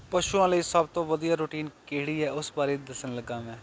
ਪਸ਼ੂਆਂ ਲਈ ਸਭ ਤੋਂ ਵਧੀਆ ਰੂਟੀਨ ਕਿਹੜੀ ਹੈ ਉਸ ਬਾਰੇ ਦੱਸਣ ਲੱਗਾ ਮੈਂ